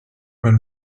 when